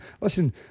Listen